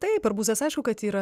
taip arbūzuose aišku kad yra